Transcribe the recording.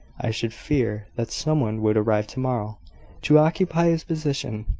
i should fear that some one would arrive to-morrow to occupy his position.